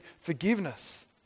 forgiveness